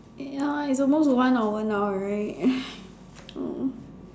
ya it's almost one hour now right